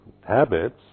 habits